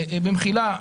במחילה,